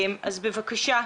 אז בבקשה,